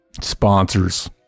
sponsors